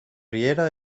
riera